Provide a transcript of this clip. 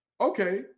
Okay